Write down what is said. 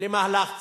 למהלך צבאי.